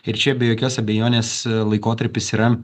ir čia be jokios abejonės laikotarpis yra